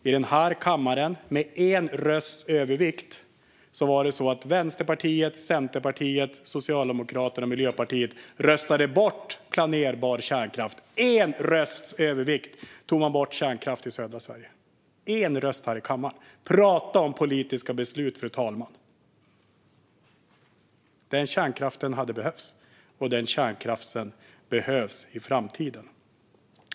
I den här kammaren röstade med en rösts övervikt Vänsterpartiet, Centerpartiet, Socialdemokraterna och Miljöpartiet bort planerbar kärnkraft. Med en enda rösts övervikt tog man bort kärnkraft i södra Sverige. Det handlade om en röst här i kammaren. Tala om politiska beslut, fru talman! Den kärnkraften hade behövts, och den kärnkraften behövs i framtiden.